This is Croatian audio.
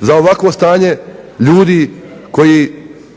za ovakvo stanje ljudi koji